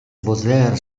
baudelaire